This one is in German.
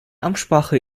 amtssprache